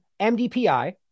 MDPI